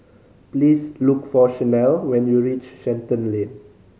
please look for Shanell when you reach Shenton Lane